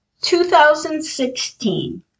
2016